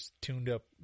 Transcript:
tuned-up